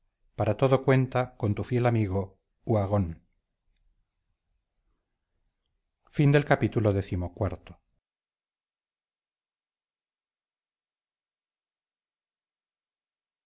para todo cuenta con tu fiel amigo uhagón